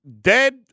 Dead